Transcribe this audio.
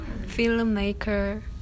filmmaker